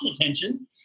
attention